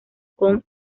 con